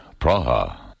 Praha